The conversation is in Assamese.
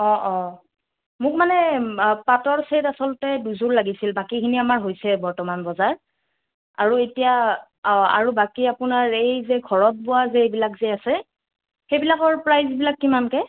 অঁ অঁ মোক মানে পাটৰ ছেট আচলতে দুযোৰ লাগিছিল বাকীখিনি আমাৰ হৈছে বৰ্তমান বজাৰ আৰু এতিয়া অঁ আৰু বাকী আপোনাৰ এই যে ঘৰত বোৱা যে এইবিলাক যে আছে সেইবিলাকৰ প্ৰাইচবিলাক কিমানকৈ